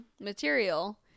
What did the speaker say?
material